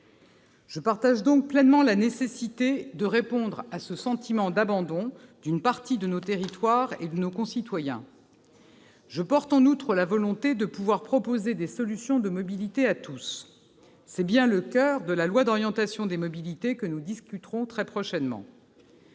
moi aussi qu'il est nécessaire de répondre au sentiment d'abandon d'une partie de nos territoires et de nos concitoyens. Je porte en outre la volonté de proposer des solutions de mobilité à tous. C'est bien le coeur du projet de loi d'orientation des mobilités que nous discuterons très prochainement.